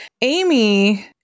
Amy